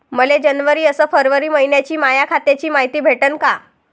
मले जनवरी अस फरवरी मइन्याची माया खात्याची मायती भेटन का?